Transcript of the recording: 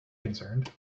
concerned